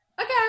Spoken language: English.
okay